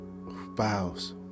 bows